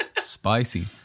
spicy